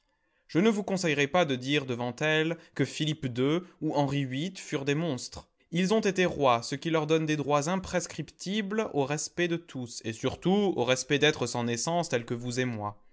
je ne vous conseillerais pas de dire devant elle que philippe ii ou henri viii furent des monstres ils ont été rois ce qui leur donne des droits imprescriptibles aux respects de tous et surtout aux respects d'êtres sans naissance tels que vous et moi